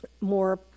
more